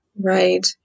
Right